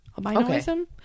albinism